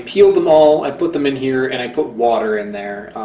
peeled them all i put them in here and i put water in there,